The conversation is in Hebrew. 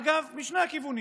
אגב, משני הכיוונים,